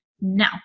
now